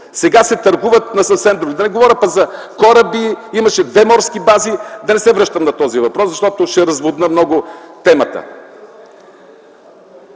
сега се търгуват на съвсем друга цена. Да не говоря за кораби, имаше две морски бази. Да не се връщам на този въпрос, защото ще разводня много темата.